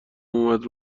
اومد